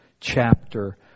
chapter